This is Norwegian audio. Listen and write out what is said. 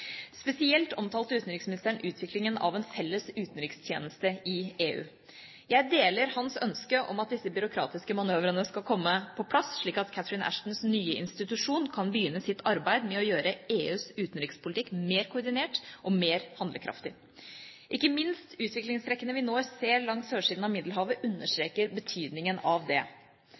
Spesielt omtalte utenriksministeren utviklingen av en felles utenrikstjeneste i EU. Jeg deler hans ønske om at disse byråkratiske manøvrene skal komme på plass, slik at Catherine Ashtons nye institusjon kan begynne sitt arbeid med å gjøre EUs utenrikspolitikk mer koordinert og mer handlekraftig. Ikke minst utviklingstrekkene vi nå ser langs sørsiden av Middelhavet, understreker betydningen av det.